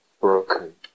broken